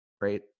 right